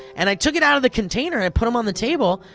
and i took it out of the container and put em' on the table,